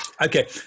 Okay